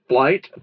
flight